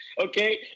Okay